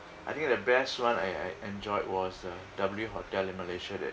I think the best one I I I enjoyed was uh W hotel in Malaysia that